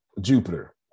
Jupiter